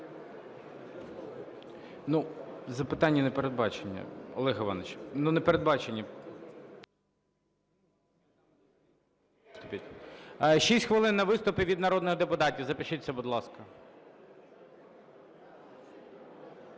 Ну, запитання не передбачені. Олег Іванович, ну, не передбачені! Шість хвилин на виступи від народних депутатів. Запишіться, будь ласка.